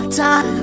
time